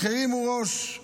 אך הרימו ראש,